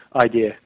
idea